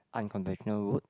unconventional route